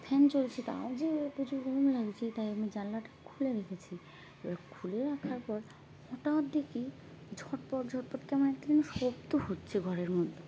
fan চলছে তাও যে প্রচুর গরম লাগছে তাই আমি জানালাটা খুলে রেখেছি এবার খুলে রাখার পর হঠাৎ দেখি ঝটপট ঝটপট কেমন একটা যেন শব্দ হচ্ছে ঘরের মধ্যে